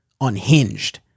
unhinged